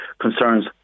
concerns